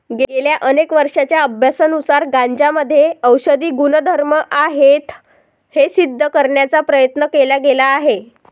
गेल्या अनेक वर्षांच्या अभ्यासानुसार गांजामध्ये औषधी गुणधर्म आहेत हे सिद्ध करण्याचा प्रयत्न केला गेला आहे